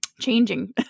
changing